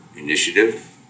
initiative